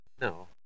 No